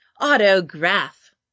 autograph